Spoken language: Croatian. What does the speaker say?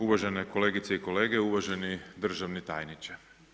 Uvažene kolegice i kolege, uvaženi državni tajniče.